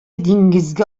диңгезгә